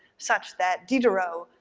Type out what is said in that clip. such that diderot,